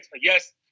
yes